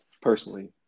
personally